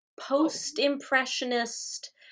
post-Impressionist